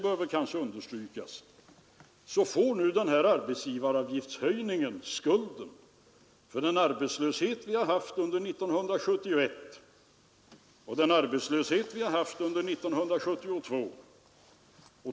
För egen del säger han: Vi är beredda att sätta in den här reformen — om jag fattade honom rätt — från den 1 januari 1974.